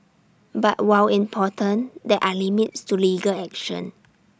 but while important there are limits to legal action